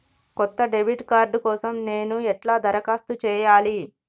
కొత్త debit card కోసం నేను ఎట్లా దరఖాస్తు చేయాలి?